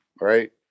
right